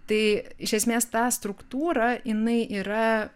tai iš esmės ta struktūra jinai yra